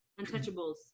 Untouchables